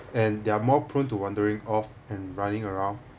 and they are more prone to wandering off and running around